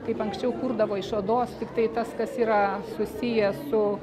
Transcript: kaip anksčiau kurdavo iš odos tiktai tas kas yra susiję su